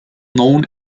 known